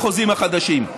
בחוזים החדשים.